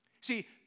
See